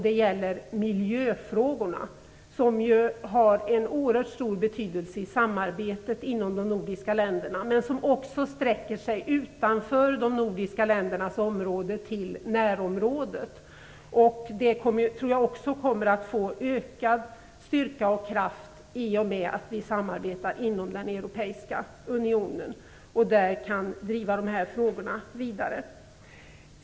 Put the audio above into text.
Det gäller miljöfrågorna, som har en oerhört stor betydelse i samarbetet mellan de nordiska länderna men också sträcker sig utanför de nordiska ländernas område, till närområdet. Det arbetet tror jag också kommer att få ökad styrka och kraft i och med att vi samarbetar inom den europeiska unionen och där kan driva dessa frågor vidare.